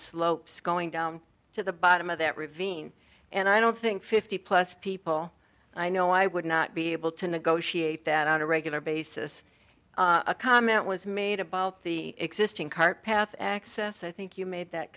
slopes going down to the bottom of that ravine and i don't think fifty plus people i know i would not be able to negotiate that on a regular basis a comment was made about the existing cart path access i think you made that